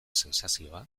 sentsazioa